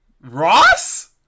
Ross